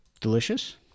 delicious